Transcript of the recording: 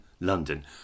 London